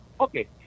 Okay